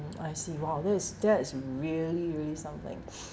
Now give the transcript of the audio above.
I see !wow! that is that is really really something